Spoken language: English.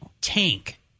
tank